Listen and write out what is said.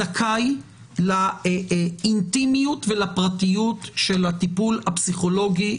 זכאי לאינטימיות ולפרטיות של הטיפול הפסיכולוגי,